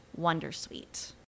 Wondersuite